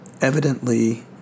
evidently